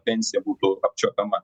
pensija būtų apčiuopiama